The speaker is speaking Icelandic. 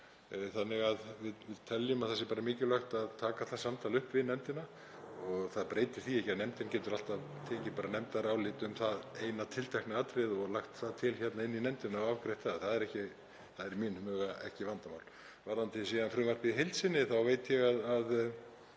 þannig að við teljum að það sé mikilvægt að taka það samtal upp við nefndina. Það breytir því ekki að nefndin getur alltaf gefið nefndarálit um það eina tiltekna atriði og lagt til inni í nefndinni og afgreitt. Það er í mínum huga ekki vandamál. Varðandi síðan frumvarpið í heild sinni þá veit ég að